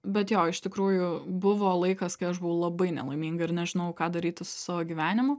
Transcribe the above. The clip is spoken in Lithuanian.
bet jo iš tikrųjų buvo laikas kai aš buvau labai nelaiminga ir nežinojau ką daryti su savo gyvenimu